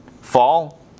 fall